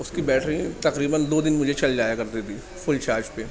اس کی بیٹری تقریباً دو دن مجھے چل جایا کرتی تھی فل چارج پہ